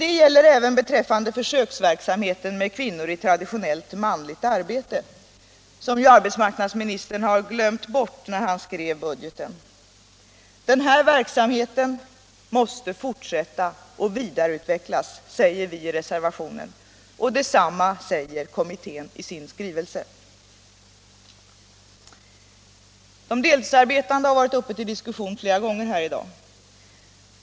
Det gäller även beträffande försöksverksamheten med kvinnor i traditionellt manligt arbete, som ju arbetsmarknadsministern glömde bort när han gjorde upp budgeten. Den här verksamheten måste fortsätta och vidareutvecklas, säger vi i reservationen. Detsamma säger kommittén i sin skrivelse. De deltidsarbetande har varit uppe till diskussion flera gånger här i dag.